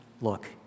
look